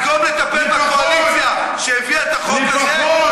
מקום לטפל בקואליציה שהביאה את החוק הזה,